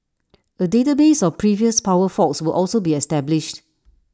A database of previous power faults will also be established